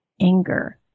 anger